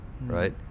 right